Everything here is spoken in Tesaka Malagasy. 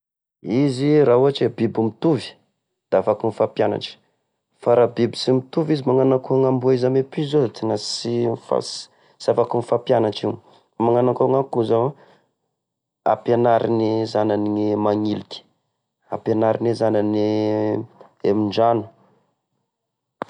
Izy raha ohatry e biby mitovy! Da afaka mifampianatry, fa raha biby sy mitovy magnano akô gn'amboa izy ame piso zao, da tena sy, sy afaky mifampianatry io! Magnano akô ny akoho zao an: ampenarin' e zanany e magniliky, ampenarine zanany e mindrano.